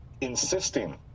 insisting